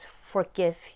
forgive